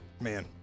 Man